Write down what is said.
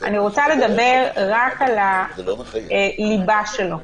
אני רוצה לדבר רק על הליבה שלו,